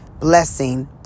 Blessing